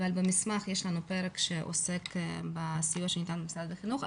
אבל במסמך יש לנו פרק שעוסק בסיוע שניתן במשרד החינוך.